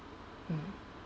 hmm